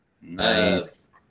Nice